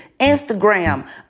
Instagram